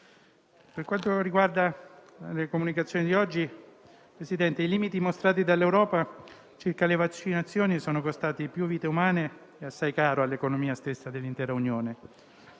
Per quanto riguarda le comunicazioni di oggi, Presidente, i limiti mostrati dall'Europa circa le vaccinazioni sono costati più vite umane e assai caro all'economia stessa dell'intera Unione.